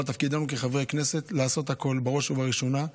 אבל תפקידנו כחברי כנסת לעשות הכול בראש ובראשונה,